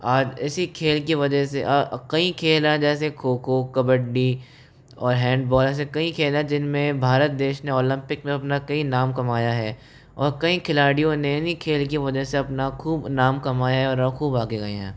आज इसी खेल की वजह से कई खेल है जैसे खो खो कबड्डी और हैंडबॉल है ऐसे कई खेल है जिनमें भारत देश ने ओलंपिक में अपना कई नाम कमाया है और कई खिलाड़ियों ने इन्ही खेल की वजह से अपना खूब नाम कमाया है और खूब आगे आये हैं